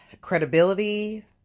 credibility